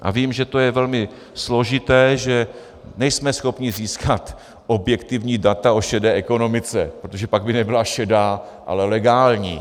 A vím, že to je velmi složité, že nejsme schopni získat objektivní data o šedé ekonomice, protože pak by nebyla šedá, ale legální.